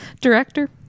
Director